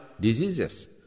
diseases